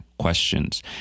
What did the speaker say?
questions